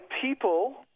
people